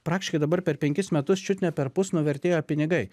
praktiškai dabar per penkis metus čiut ne perpus nuvertėjo pinigai